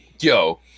Yo